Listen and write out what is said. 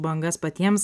bangas patiems